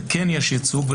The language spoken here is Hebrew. ויש ייצוג.